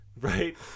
Right